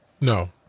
No